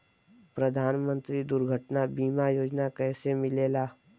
प्रधानमंत्री दुर्घटना बीमा योजना कैसे मिलेला?